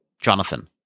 Jonathan